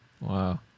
Wow